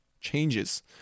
changes